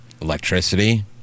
Electricity